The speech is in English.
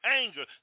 anger